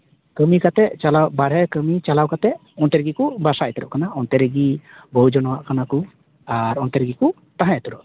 ᱠᱟᱹᱢᱤ ᱠᱟᱛᱮ ᱪᱟᱞᱟᱜ ᱵᱟᱨᱦᱮ ᱠᱟᱹᱢᱤ ᱪᱟᱞᱟᱣ ᱠᱟᱛᱮᱫ ᱚᱱᱛᱮ ᱨᱮᱜᱮ ᱠᱚ ᱵᱟᱥᱟ ᱩᱛᱟᱹᱨᱚ ᱠᱟᱱᱟ ᱚᱱᱛᱮ ᱨᱮᱜᱮ ᱵᱟᱹᱦᱩ ᱡᱚᱱᱚᱜ ᱠᱟᱱᱟ ᱠᱚ ᱟᱨ ᱚᱱᱛᱮ ᱨᱮᱜᱮ ᱠᱚ ᱛᱟᱦᱮᱸ ᱩᱛᱟᱹᱨᱚᱜ ᱠᱟᱱᱟ